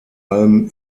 allem